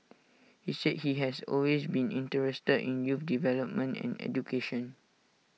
he said he has always been interested in youth development and education